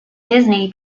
disney